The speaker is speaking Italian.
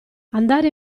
andare